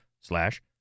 Slash